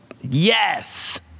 yes